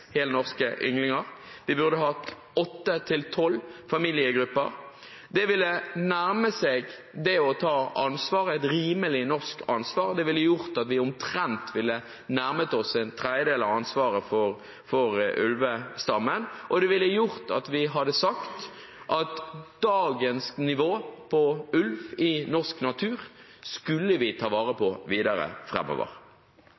helnorske ynglinger, og vi burde ha åtte–tolv familiegrupper. Det ville nærme seg det å ta ansvar, et rimelig norsk ansvar. Det ville gjort at vi ville nærmet oss omtrent en tredjedel av ansvaret for ulvestammen, og det ville gjort at vi hadde sagt at dagens nivå på ulv i norsk natur skulle vi ta vare